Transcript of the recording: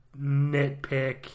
nitpick